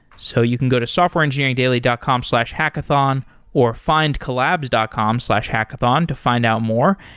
so you can go to softwareengineeringdaily dot com slash hackathon or findcollabs dot com slash hackathon to find out more.